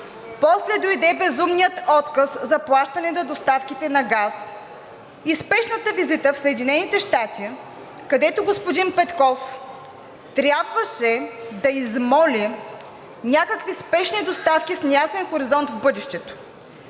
После дойде безумният отказ за плащане на доставките на газ и спешната визита в Съединените щати, където господин Петков трябваше да измоли някакви спешни доставки с неясен хоризонт в бъдещето.